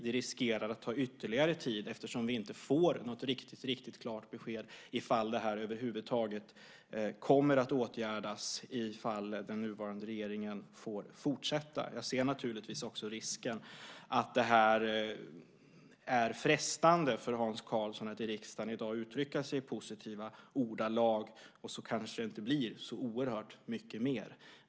Det riskerar att ta ytterligare tid, eftersom vi inte får något riktigt klart besked om det här över huvud taget kommer att åtgärdas om den nuvarande regeringen får fortsätta. Jag ser naturligtvis också risken att det är frestande för Hans Karlsson att i riksdagen i dag uttrycka sig i positiva ordalag och så kanske det inte blir så oerhört mycket mer.